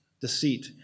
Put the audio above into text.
deceit